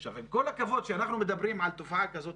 עם כל הכבוד כשאנחנו מדברים על תופעה כזאת